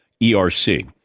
ERC